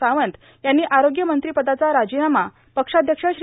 सावंत यांनी आरोग्य मंत्रीपदाचा राजीनामा पक्षाध्यक्ष श्री